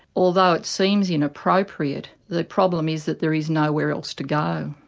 although it seems inappropriate the problem is that there is nowhere else to go.